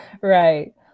Right